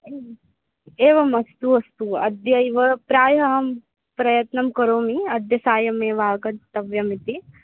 एवम् एवम् अस्तु अस्तु अद्यैव प्रायः अहं प्रयत्नं करोमि अद्य सायमेव आगन्तव्यम् इति